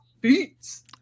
Beats